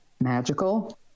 magical